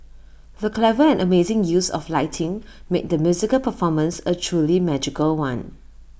the clever and amazing use of lighting made the musical performance A truly magical one